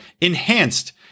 enhanced